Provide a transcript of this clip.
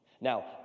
Now